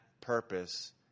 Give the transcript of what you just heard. purpose